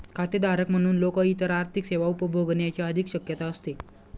खातेधारक म्हणून लोक इतर आर्थिक सेवा उपभोगण्याची अधिक शक्यता असते